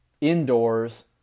indoors